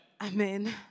Amen